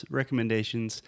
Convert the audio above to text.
recommendations